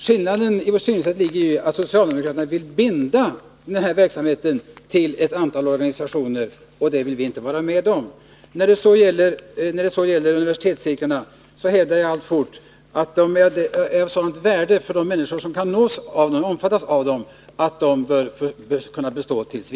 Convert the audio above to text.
Skillnaden i våra synsätt ligger i att socialdemokraterna vill binda den här verksamheten till ett antal organisationer. Det vill vi inte vara med om. När det gäller universitetscirklarna hävdar jag alltfort att de är av sådant värde för de människor som kan omfattas av dem att de bör bestå t. v.